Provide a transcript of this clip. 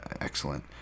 excellent